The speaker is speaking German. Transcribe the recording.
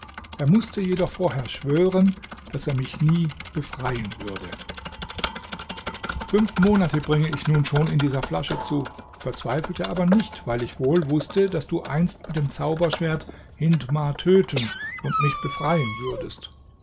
er mußte jedoch vorher schwören daß er mich nie befreien würde fünf monate bring ich nun schon in dieser flasche zu verzweifelte aber nicht weil ich wohl wußte daß du einst mit dem zauberschwert hindmar töten und mich befreien würdest